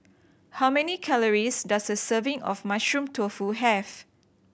how many calories does a serving of Mushroom Tofu have